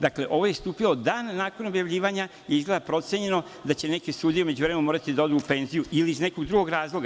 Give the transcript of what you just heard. Dakle, ovaj je stupio dan nakon objavljivanja i izgleda procenjeno da će neke sudije u međuvremenu morati da odu u penziju ili iz nekog drugog razloga.